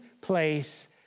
place